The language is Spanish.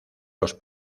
los